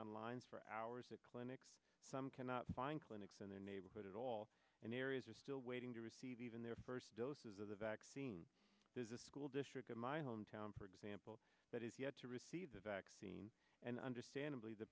on lines for hours at clinics some cannot find clinics in their neighborhood at all areas are still waiting to receive even their first doses of the vaccine there's a school district in my hometown for example that is yet to receive the vaccine and understandably the